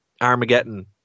Armageddon